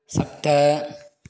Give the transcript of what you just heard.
सप्त